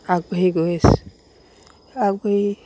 আগবাঢ়ি গৈ আছে আগবাঢ়ি